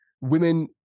Women